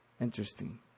Interesting